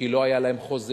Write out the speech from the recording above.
כי לא היו להן חוזים,